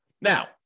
Now